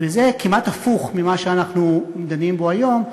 וזה כמעט הפוך ממה שאנחנו דנים בו היום.